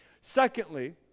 Secondly